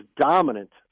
dominant